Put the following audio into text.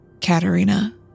Katerina